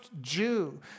Jew